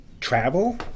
travel